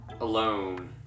alone